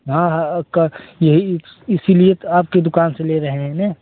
हाँ हाँ क यही इसी लिए तो आपकी दुकान से ले रहे हैं ना